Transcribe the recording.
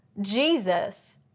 Jesus